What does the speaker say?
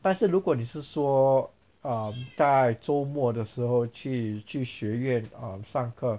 但是如果你是说 um 在周末的时候去去学院 um 上课